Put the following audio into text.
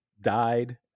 died